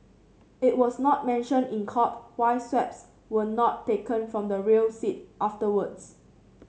it was not mentioned in court why swabs were not taken from the rear seat afterwards